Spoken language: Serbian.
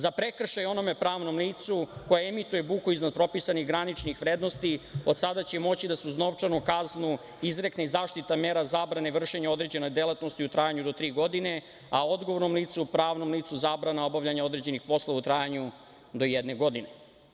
Za prekršaj onome pravnom licu koje emituje buku iznad propisanih graničnih vrednosti od sada će moći da se uz novčanu kaznu izrekne i zaštitna mera zabrane vršenja određene delatnosti u trajanju do tri godine, a odgovornom licu, pravnom licu, zabrana obavljanja određenih poslova u trajanju do jedne godine.